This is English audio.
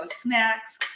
snacks